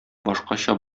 башкача